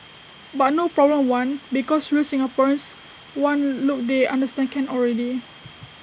but no problem one because real Singaporeans one look they understand can already